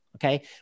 Okay